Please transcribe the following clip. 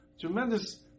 tremendous